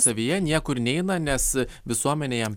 savyje niekur neeina nes visuomenė jam